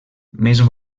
més